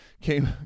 came